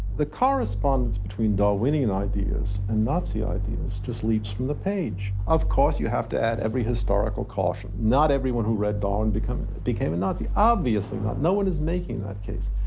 the correspondence between darwinian ideas and nazi ideas just leaps from the page. of course you have to add every historical caution. not everyone who read darwin became a and nazi, obviously not. no one is making that case.